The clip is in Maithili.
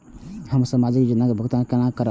हम सामाजिक योजना के भुगतान केना करब?